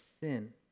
sin